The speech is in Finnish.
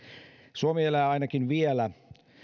suomi elää ainakin vielä